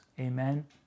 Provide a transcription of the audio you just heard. Amen